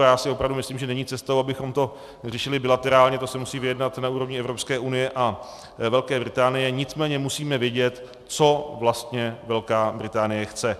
Já si opravdu myslím, že není cestou, abychom to řešili bilaterálně, to se musí vyjednat na úrovni Evropské unie a Velké Británie, nicméně musíme vědět, co vlastně Velká Británie chce.